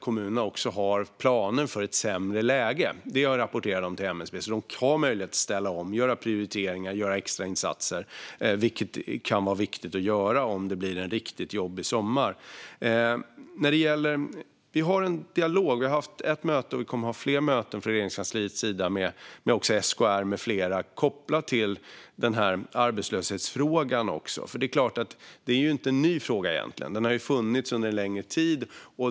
Kommunerna rapporterar också till MSB att de har planer för ett sämre läge, så de kommer lätt att ställa om, göra prioriteringar och göra extrainsatser, vilket kan vara viktigt att göra om det blir en riktigt jobbig sommar. Vi har från Regeringskansliets sida haft ett möte och kommer att ha fler möten med SKR med flera kopplat till arbetslöshetsfrågan. Det är egentligen inte en ny fråga; den har funnits under en längre tid.